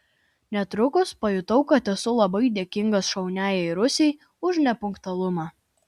netrukus pajutau kad esu labai dėkingas šauniajai rusei už nepunktualumą